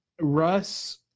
Russ